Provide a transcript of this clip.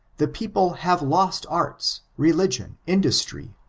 the people have lost arts, religion, indostry,